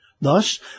Thus